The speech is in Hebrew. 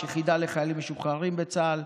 יש יחידה לחיילים משוחררים בצה"ל,